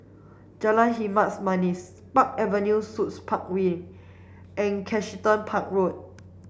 Jalan Hitam Manis Park Avenue Suites Park Wing and Kensington Park Road